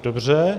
Dobře.